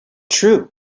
true